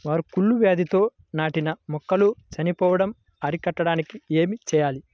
నారు కుళ్ళు వ్యాధితో నాటిన మొక్కలు చనిపోవడం అరికట్టడానికి ఏమి చేయాలి?